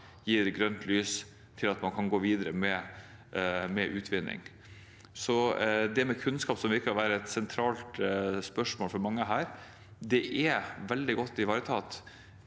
gir grønt lys til at man kan gå videre med utvinning. Det med kunnskap, som virker å være et sentralt spørsmål for mange her, er derfor veldig godt ivaretatt